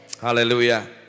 Hallelujah